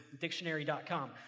Dictionary.com